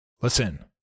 Listen